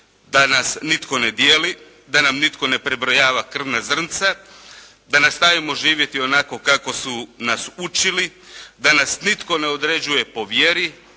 da nas nitko ne dijeli, da nam nitko ne prebrojava krvna zrnca, da nastavimo živjeti onako kako su nas učili, da nas nitko ne određuje po vjeri,